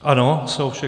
Ano, jsou všechny.